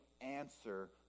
answer